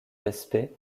respect